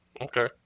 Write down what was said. okay